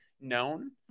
known